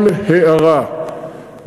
כל הערה,